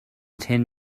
ten